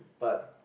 but